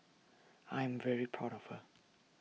I'm very proud of her